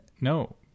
no